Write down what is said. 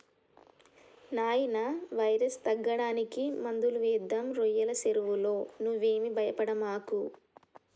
నాయినా వైరస్ తగ్గడానికి మందులు వేద్దాం రోయ్యల సెరువులో నువ్వేమీ భయపడమాకు